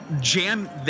jam